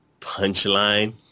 punchline